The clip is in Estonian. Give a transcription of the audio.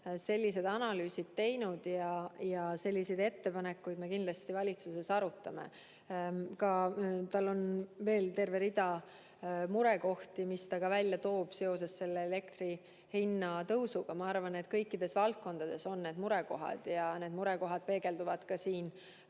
sellised analüüsid teinud ja selliseid ettepanekuid me kindlasti valitsuses arutame. Ka tal on veel terve rida murekohti, mis ta välja toob seoses elektri hinna tõusuga. Ma arvan, et kõikides valdkondades on need murekohad ja need murekohad peegelduvad ka siin